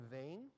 vain